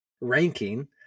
ranking